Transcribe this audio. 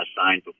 assigned